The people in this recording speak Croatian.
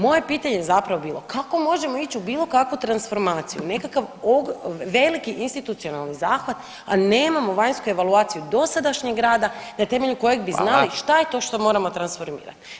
Moje pitanje je zapravo bilo kako možemo ići u bilo kakvu transformaciju, nekakav veliki institucionalni zahvat a nemamo vanjsku evaluaciju dosadašnjeg rada na temelju kojeg bi znali šta je to što moramo transformirati.